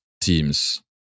teams